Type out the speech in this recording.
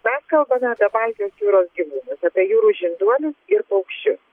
mes kalbame apie baltijos jūros gyvūnus apie jūrų žinduolius ir paukščius